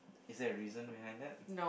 is there a reason behind that